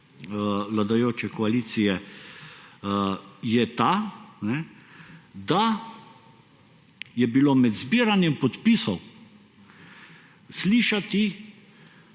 vladajoče koalicije, je ta, da je bilo med zbiranjem podpisov slišati,